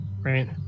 right